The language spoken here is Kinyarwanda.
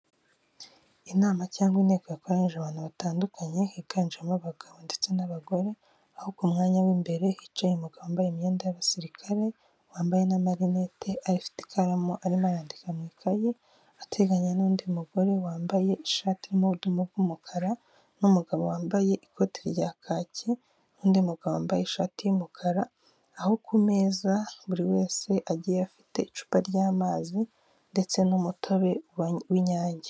Inama cyangwa inteko yakoranyije abantu batandukanye higanjemo abagabo ndetse n'abagore aho kumwanya w'imbere hicaye umugabo wambaye imyenda y'abasirikare wambaye n'amarinete afite ikaramu arimo yandika mu ikayi, ateganye n'undi mugore wambaye ishati y'ubudomu bw'umukara n'umugabo wambaye ikoti rya kakaki n'undi mugabo wambaye ishati y'umukara, aho ku meza buri wese agiye afite icupa ry'amazi ndetse n'umutobe w'inyange.